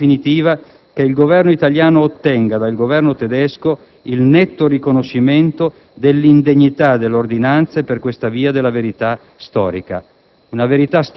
Chiediamo, in definitiva, che il Governo italiano ottenga dal Governo tedesco il netto riconoscimento dell'indegnità dell'ordinanza e, per questa via, della verità storica.